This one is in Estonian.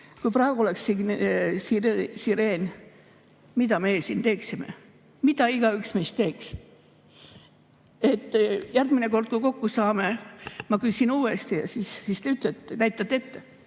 kui praegu oleks sireen, mida me siis teeksime? Mida igaüks meist teeks? Järgmine kord, kui kokku saame, ma küsin uuesti ja siis te ütlete, näitate ette.